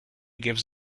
gives